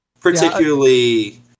particularly